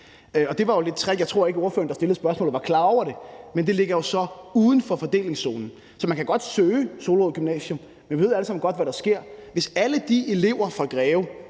ligger i. Jeg tror ikke, spørgeren, der stillede spørgsmålet, var klar over det, men det ligger jo så uden for fordelingszonen. Så man kan godt søge ind på Solrød Gymnasium, men vi ved alle sammen godt, hvad der sker, hvis alle de elever fra Greve,